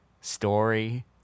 story